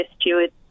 steward